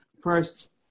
First